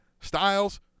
Styles